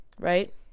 Right